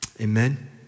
Amen